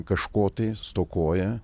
kažko tai stokoja